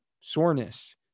soreness